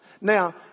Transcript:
Now